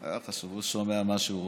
הוא שומע מה שהוא רוצה.